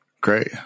Great